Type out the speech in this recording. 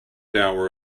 hour